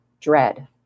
dread